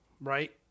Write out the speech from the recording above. Right